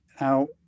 now